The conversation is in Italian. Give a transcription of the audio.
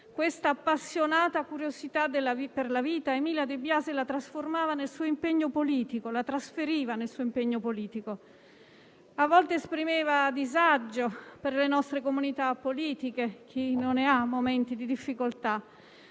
Questa appassionata curiosità per la vita Emilia De Biasi la trasferiva nel suo impegno politico. A volte, esprimeva disagio per le nostre comunità politiche - chi non ha momenti di difficoltà?